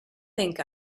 think